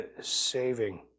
saving